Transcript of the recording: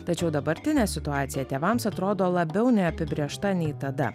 tačiau dabartinė situacija tėvams atrodo labiau neapibrėžta nei tada